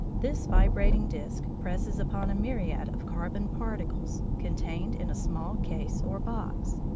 this vibrating disc presses upon a myriad of carbon particles contained in a small case or box,